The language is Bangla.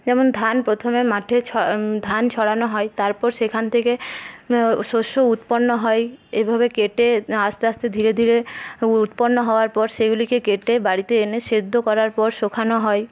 যেমন ধান প্রথমে মাঠে ধান ছড়ানো হয় তারপর সেখান থেকে শস্য উৎপন্ন হয় এইভাবে কেটে আস্তে আস্তে ধীরে ধীরে উৎপন্ন হওয়ার পর সেগুলিকে কেটে বাড়িতে এনে সেদ্ধ করার পর শোকানো হয়